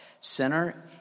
Sinner